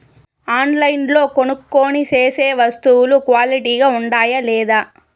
ఆన్లైన్లో కొనుక్కొనే సేసే వస్తువులు క్వాలిటీ గా ఉండాయా లేదా?